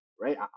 right